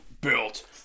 Built